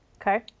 Okay